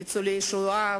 ניצולי השואה,